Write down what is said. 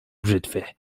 brzytwy